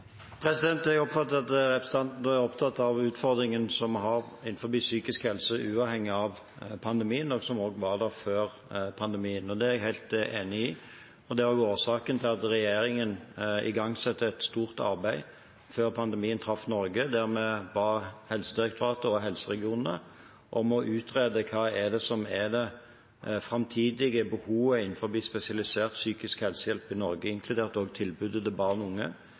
Jeg oppfatter at representanten er opptatt av utfordringene vi har innenfor psykisk helse uavhengig av pandemien, som også var der før pandemien. Det er jeg helt enig i. Det er også årsaken til at regjeringen igangsatte et stort arbeid før pandemien traff Norge, der vi ba Helsedirektoratet og helseregionene om å utrede hva som er det framtidige behovet innenfor spesialisert psykisk helsehjelp i Norge, inkludert tilbudet til barn og unge,